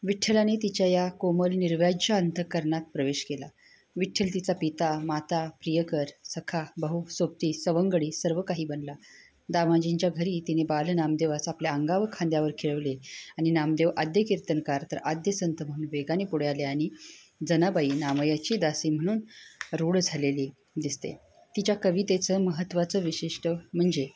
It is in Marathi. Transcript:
विठ्ठलाने तिच्या या कोमल निर्वाज्य अंत करणात प्रवेश केला विठ्ठल तिचा पिता माता प्रियकर सखा भाऊ सोबती सवंगडी सर्व काही बनला दामाजींच्या घरी तिने बाल नामदेवास आपल्या अंगा खांद्यावर खेळवले आणि नामदेव आद्य कीर्तनकार तर आद्य संत म्हणून वेगाने पुढे आले आणि जनाबाई नामयाची दासी म्हणून रूढ झालेली दिसते तिच्या कवितेचं महत्वाचं विशिष्ट म्हणजे